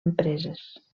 empreses